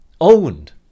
owned